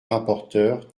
rapporteur